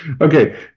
Okay